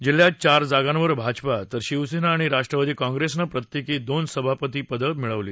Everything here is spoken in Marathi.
जिल्ह्यात चार जागांवर भाजपा तर शिवसेना आणि राष्ट्रवादी काँग्रेसनं प्रत्येकी दोन सभापती पदं मिळवली